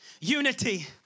unity